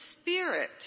Spirit